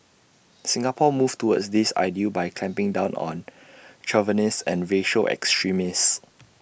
Singapore moved towards this ideal by clamping down on chauvinists and racial extremists